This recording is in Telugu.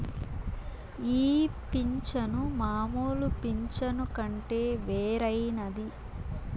ఈ పింఛను మామూలు పింఛను కంటే వేరైనది